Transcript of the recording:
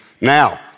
Now